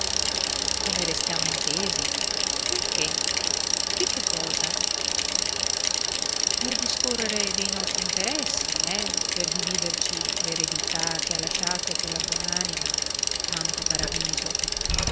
come restiamo intesi perché di che cosa per discorrere dei nostri interessi eh per dividerci l'eredità che ha lasciato quella buon'anima tanto paradiso